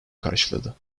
karşıladı